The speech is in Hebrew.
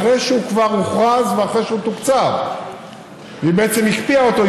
אחרי שהוא כבר הוכרז ואחרי שהוא תוקצב היא בעצם הקפיאה אותו.